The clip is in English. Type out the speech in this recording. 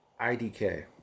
IDK